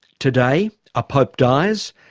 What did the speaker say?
today a pope dies,